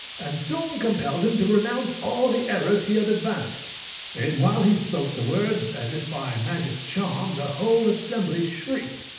and soon compelled him to renounce all the errors he had advanced and while he spoke the words, as if by magic charm, the whole assembly shrieked,